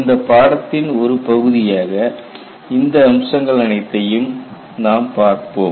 இந்தப் பாடத்தின் ஒரு பகுதியாக இந்த அம்சங்கள் அனைத்தையும் நாம் பார்ப்போம்